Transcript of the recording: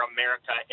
America